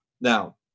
Now